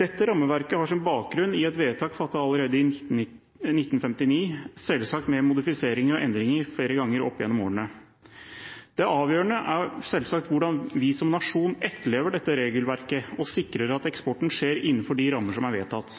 Dette rammeverket har sin bakgrunn i et vedtak fattet allerede i 1959 – selvsagt med modifiseringer og endringer flere ganger opp gjennom årene. Det avgjørende er selvsagt hvordan vi som nasjon etterlever dette regelverket og sikrer at eksporten skjer innenfor de rammer som er vedtatt.